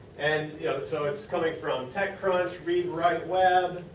and yeah so it's coming from techcrunch, readwrite web,